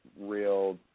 real